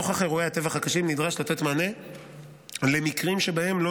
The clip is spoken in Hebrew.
נוכח אירועי הטבח הקשים נדרש לתת מענה למקרים שבהם לא